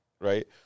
Right